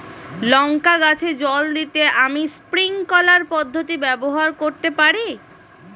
লঙ্কা গাছে জল দিতে আমি স্প্রিংকলার পদ্ধতি ব্যবহার করতে পারি?